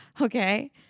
Okay